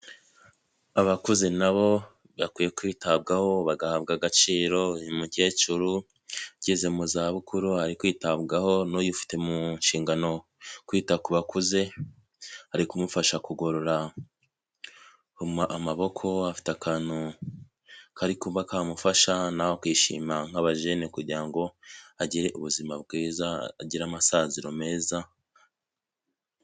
Abakuze na bo bakwiye kwitabwaho bagahabwa agaciro, uyu mukecuru ugeze mu zabukuru ari kwitabwaho n'uyifite mu nshingano kwita ku bakuze, ari kumufasha kugorora amaboko, afite akantu kari kuba kamufasha na we akishima nk'abajene kugira ngo agire ubuzima bwiza, agire amasaziro meza.